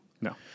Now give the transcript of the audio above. No